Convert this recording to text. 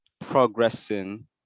progressing